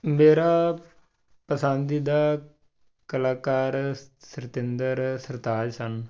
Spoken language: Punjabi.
ਮੇਰਾ ਪਸੰਦੀ ਦਾ ਕਲਾਕਾਰ ਸਤਿੰਦਰ ਸਰਤਾਜ ਸਨ